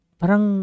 parang